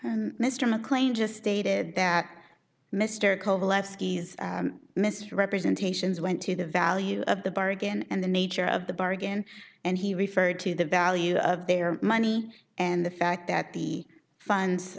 you mr mclean just stated that mr coveleski misrepresentations went to the value of the bargain and the nature of the bargain and he referred to the value of their money and the fact that the funds